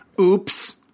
Oops